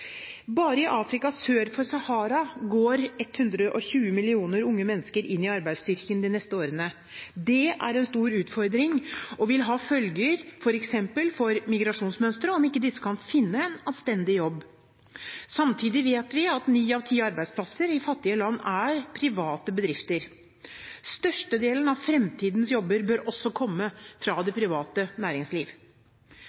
Bare i Afrika sør for Sahara går 120 millioner unge mennesker inn i arbeidsstyrken de neste årene. Det er en stor utfordring og vil ha følger f.eks. for migrasjonsmønsteret om ikke disse kan finne en anstendig jobb. Samtidig vet vi at ni av ti arbeidsplasser i fattige land er i private bedrifter. Størstedelen av fremtidens jobber bør også komme fra det